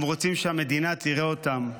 הם רוצים שהמדינה תראה אותם.